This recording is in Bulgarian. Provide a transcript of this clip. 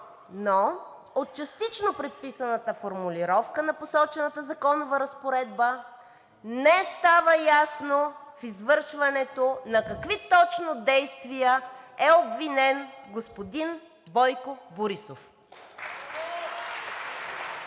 Но от частично предписаната формулировка на посочената законова разпоредба не става ясно в извършването на какви точно действия е обвинен господин Бойко Борисов.